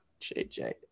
JJ